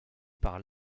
par